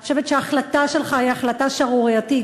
אני חושבת שההחלטה שלך היא החלטה שערורייתית.